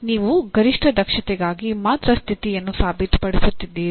ನೀವು ಗರಿಷ್ಠ ದಕ್ಷತೆಗಾಗಿ ಮಾತ್ರ ಸ್ಥಿತಿಯನ್ನು ಸಾಬೀತುಪಡಿಸುತ್ತಿದ್ದೀರಿ